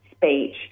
speech